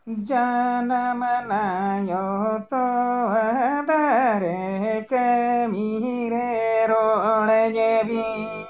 ᱡᱟᱱᱟᱢ ᱱᱟᱭᱳ ᱛᱚᱣᱟ ᱫᱟᱨᱮ ᱠᱟᱹᱢᱤᱨᱮ ᱨᱚᱲᱟᱹᱧ ᱵᱤᱱ